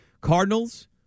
Cardinals